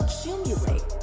accumulate